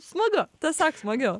smagu tiesiog smagiau